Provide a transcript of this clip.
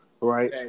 right